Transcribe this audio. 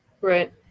right